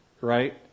right